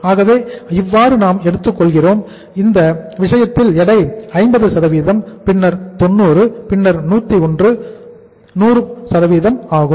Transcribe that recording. ஆகவே இவ்வாறு நாம் எடுத்துக் கொள்கிறோம் இந்த விஷயத்தில் எடை 50 பின்னர் 90 பின்னர் 101 100 ஆகும்